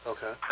Okay